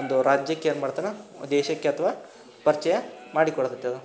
ಒಂದು ರಾಜ್ಯಕ್ಕೆ ಏನ್ಮಾಡ್ತಾನೆ ದೇಶಕ್ಕೆ ಅಥ್ವಾ ಪರಿಚಯ ಮಾಡಿಕೊಡ್ತದೆ ಅದು